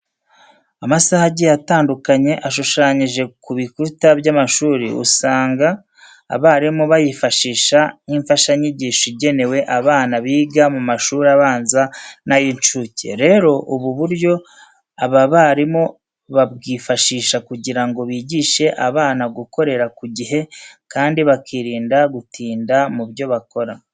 Amasaha agiye atandukanye ashushanyije ku bikuta by'amashuri usanga abarimu bayifashisha nk'imfashanyigisho igenewe abana biga mu mashuri abanza n'ay'incuke. Rero, ubu buryo aba barimu babwifashisha kugira ngo bigishe abana gukorera ku gihe kandi bakirinda gutinda mu byo bakora.